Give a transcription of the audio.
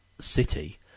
city